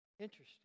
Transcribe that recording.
Interesting